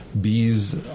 bees